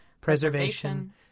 preservation